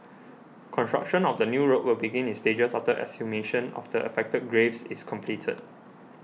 construction of the new road will begin in stages after exhumation of the affected graves is completed